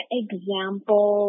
example